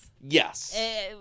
Yes